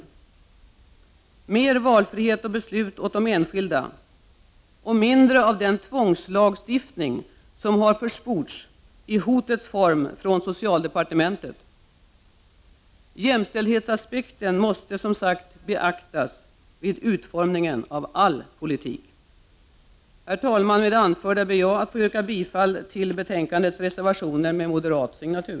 Det bör bli mer valfrihet och beslut åt de enskilda och mindre av den tvångslagstiftning som har försports i hotets form från socialdepartementet. Jämställdhetsaspekten måste som sagt beaktas vid utformningen av all politik. Herr talman! Men det anförda ber jag att få yrka bifall till betänkandets reservationer med moderat signatur.